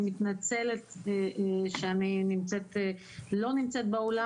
אני מתנצלת שאני לא נמצאת באולם,